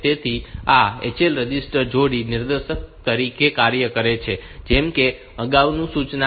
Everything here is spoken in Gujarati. તેથી આ HL રજિસ્ટર જોડી નિર્દેશક તરીકે કાર્ય કરે છે જેમ કે અગાઉની સૂચના LXI H હતી